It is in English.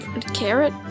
Carrot